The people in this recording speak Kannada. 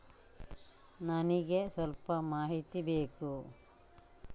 ನನಿಗೆ ಸ್ವಲ್ಪ ಮಾಹಿತಿ ಬೇಕು